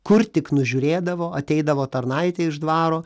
kur tik nužiūrėdavo ateidavo tarnaitė iš dvaro